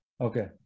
Okay